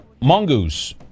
Mongoose